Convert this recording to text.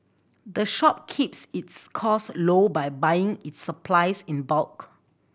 the shop keeps its cost low by buying its supplies in bulk